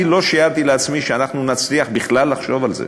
לא שיערתי לעצמי שנצליח בכלל לחשוב על זה,